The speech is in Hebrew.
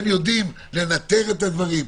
הם יודעים לנתב את הדברים.